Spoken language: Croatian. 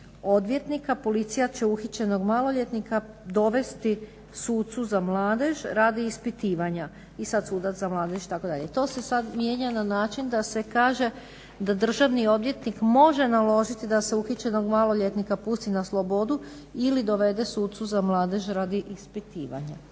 odvjetnika policija će uhićenog maloljetnika dovesti sucu za mladež radi ispitivanja, i sad sudac za mladež itd. To se sad mijenja na način da se kaže da državni odvjetnik može naložiti da se uhićenog maloljetnika pusti na slobodu ili dovede sucu za mladež radi ispitivanja.